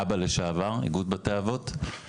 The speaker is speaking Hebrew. אב״א לשעבר, איגוד בתי אבות.